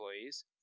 employees